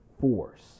force